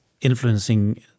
influencing